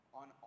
on